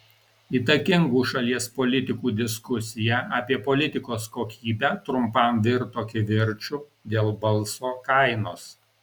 įtakingų šalies politikų diskusija apie politikos kokybę trumpam virto kivirču dėl balso kainos